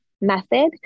method